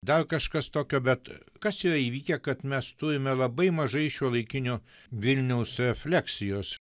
dar kažkas tokio bet kas joj įvykę kad mes turime labai mažai šiuolaikinio vilniaus refleksijos